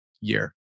year